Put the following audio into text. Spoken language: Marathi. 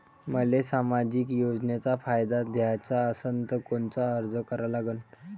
मले सामाजिक योजनेचा फायदा घ्याचा असन त कोनता अर्ज करा लागन?